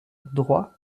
droit